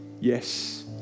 Yes